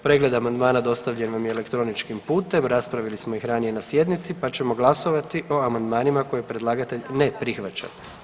Pregled amandmana dostavljen vam je elektroničkim putem, raspravili smo ih ranije na sjednici, pa ćemo glasovati o amandmanima koje predlagatelj ne prihvaća.